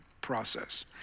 process